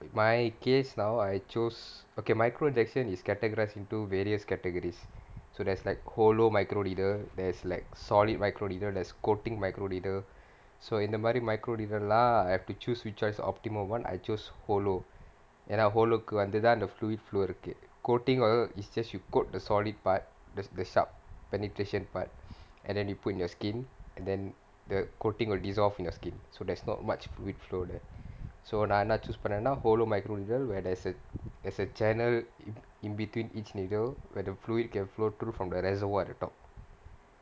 in my case now I chose okay micro injection is categorised into various categories so there's like hollow micro needle there's like solid micro needle there's coating micro needle so இந்தமாரி:inthamaari micro needle lah I have to choose which [one] is the optimal [one] I chose hollow ஏன்னா:yaennaa hollow வந்து தான் அந்த:vanthu thaan antha fluid flow இருக்கு:irukku coating வந்து:vanthu is just you coat the solid part th~ the sharp penetration part and then you put into your skin and then the coating will dissolve in your skin so there's not much fluid flow there so நான் என்ன:naan enna choose பண்ணேன்னா:pannaennaa hollow micro needle where there's a there's a channel in between each needle where the fluid can flow through from the reservoir at the top